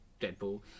Deadpool